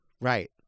right